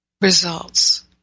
results